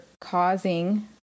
causing